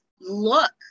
look